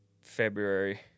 February